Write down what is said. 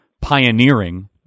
pioneering